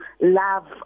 love